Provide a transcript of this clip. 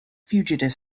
fugitive